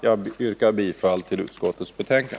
Jag yrkar bifall till utskottets hemställan.